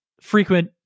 frequent